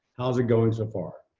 how is it going so far?